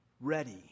ready